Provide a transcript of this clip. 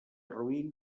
roín